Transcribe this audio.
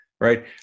right